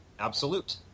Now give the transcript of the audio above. Absolute